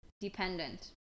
dependent